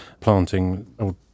planting